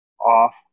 off